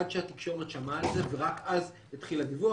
עד שהתקשורת שמעה על זה ורק אז התחיל הדיווח.